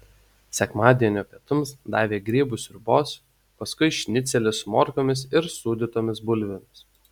sekmadienio pietums davė grybų sriubos paskui šnicelį su morkomis ir sūdytomis bulvėmis